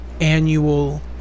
annual